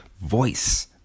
voice